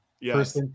Yes